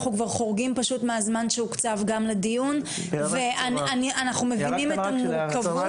אנחנו חורגים מהזמן שהוקצב גם לדיון ואנחנו מבינים את המורכבות.